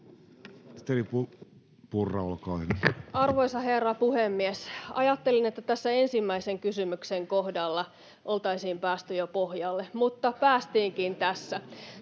Arvoisa herra puhemies! Ajattelin, että ensimmäisen kysymyksen kohdalla oltaisiin päästy jo pohjalle, mutta päästiinkin tässä.